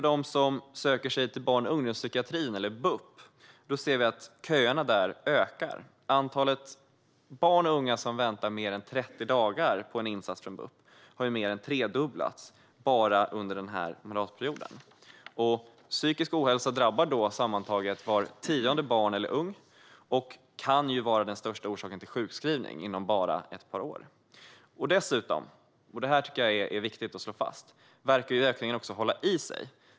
Köerna i barn och ungdomspsykiatrin, BUP, ökar. Antalet barn och unga som har väntat i mer än 30 dagar på en insats från BUP har mer än tredubblats bara under den här mandatperioden. Sammantaget är det en av tio unga som drabbas av psykisk ohälsa, och inom bara ett par år kan det vara den största orsaken till sjukskrivning. Dessutom - och detta är viktigt att slå fast - verkar ökningen hålla i sig.